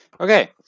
Okay